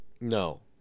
No